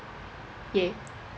ya